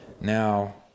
Now